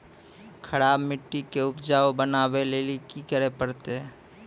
खराब मिट्टी के उपजाऊ बनावे लेली की करे परतै?